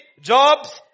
jobs